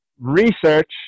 research